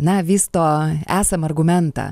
na vysto esamą argumentą